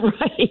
Right